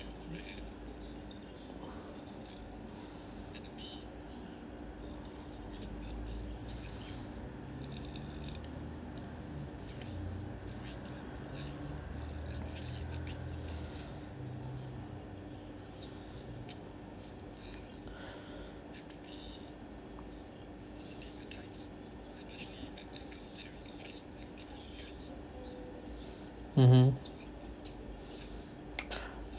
mmhmm